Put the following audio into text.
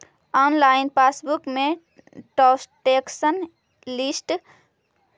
online passbook में transaction history ला तोरा अपना खाता नंबर देवे पडतो